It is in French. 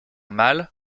mâles